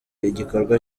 igikorwa